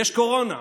יש קורונה,